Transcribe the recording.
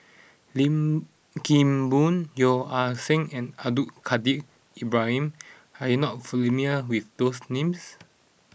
Lim Kim Boon Yeo Ah Seng and Abdul Kadir Ibrahim are you not familiar with these names